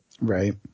right